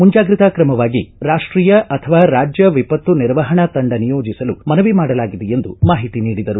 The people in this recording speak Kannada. ಮುಂಜಾಗ್ರತಾ ಕ್ರಮವಾಗಿ ರಾಷ್ಟೀಯ ಅಥವಾ ರಾಜ್ಯ ವಿಪತ್ತು ನಿರ್ವಹಣಾ ತಂಡ ನಿಯೋಜಿಸಲು ಮನವಿ ಮಾಡಲಾಗಿದೆ ಎಂದು ಮಾಹಿತಿ ನೀಡಿದರು